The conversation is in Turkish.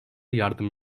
yardım